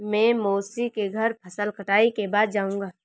मैं मौसी के घर फसल कटाई के बाद जाऊंगा